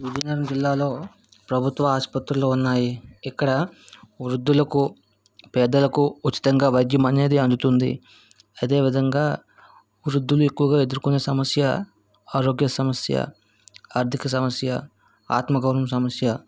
విజయనగరం జిల్లాలో ప్రభుత్వ ఆసుపత్రులు ఉన్నాయి ఇక్కడ వృద్ధులకు పేదలకు ఉచితంగా వైద్యం అనేది అందుతుంది అదే విధంగా వృద్ధులు ఎక్కువగా ఎదుర్కొనే సమస్య ఆరోగ్య సమస్య ఆర్ధిక సమస్య ఆత్మ గౌరవం సమస్య